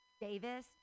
Davis